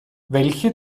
welche